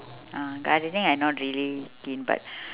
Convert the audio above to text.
uh gardening I not really keen but